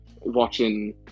watching